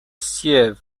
sieve